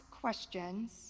questions